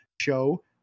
show